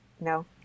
no